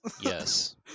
Yes